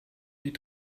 die